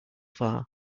far